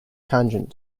tangent